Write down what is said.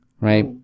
right